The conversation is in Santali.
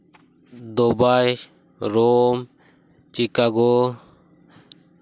Dubai Rome Chicago